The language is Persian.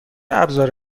ابزار